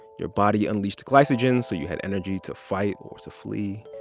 your body unleashed glycogen so you had energy to fight or to flee.